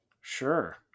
sure